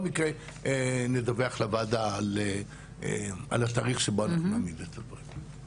מקרה נדווח לוועדה על התאריך שבו אנחנו נעמיד את הדברים.